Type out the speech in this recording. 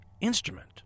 instrument